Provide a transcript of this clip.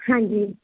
ਹਾਂਜੀ